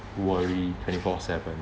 worry twenty four seven